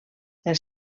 els